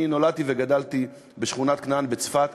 אני נולדתי וגדלתי בשכונת-כנען בצפת,